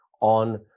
on